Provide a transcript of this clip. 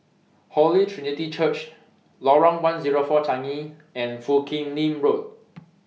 Holy Trinity Church Lorong one hundred and four Changi and Foo Kim Lin Road